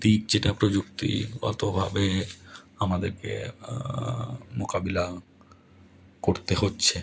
দিক যেটা প্রযুক্তিগতভাবে আমাদেরকে মোকাবিলা করতে হচ্ছে